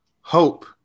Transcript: Hope